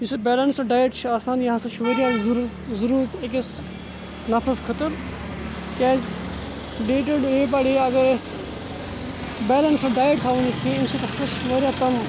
یُس یہِ balanced diet چھُ آسان یہِ ہَسا چھُ واریاہ ضٔروٗر ضٔروٗرَت أکِس نَفرَس خٲطرٕ کیٛازِ ڈے ٹُوٚ ڈے پڑے اگر اَسہِ بیلَنسٕڈ ڈایٹ تھَوَو نہٕ کِہیٖنۍ اَمہِ سۭتۍ ہَسا چھِ واریاہ تِم